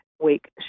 Week